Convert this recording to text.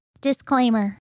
Disclaimer